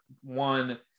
one